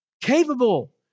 capable